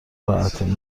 راحتین